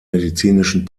medizinischen